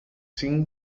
sin